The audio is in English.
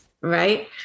right